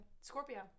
Scorpio